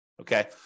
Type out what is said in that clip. Okay